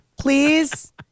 Please